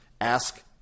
ask